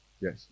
Yes